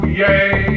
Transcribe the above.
yay